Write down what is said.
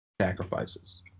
sacrifices